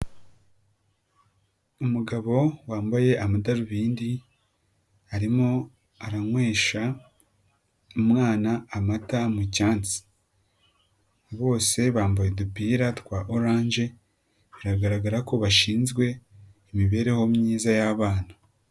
Umugabo wambaye amadarubindi, arimo aranywesha umwana amata mu cyansi, bose bambaye udupira twa orange biragaragara ko bashinzwe imibereho myiza y'abana.